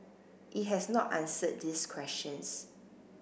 it has not answered these questions